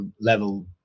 level